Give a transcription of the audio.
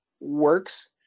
works